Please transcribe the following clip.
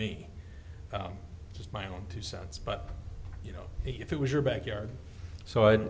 me just my own two cents but you know if it was your backyard so i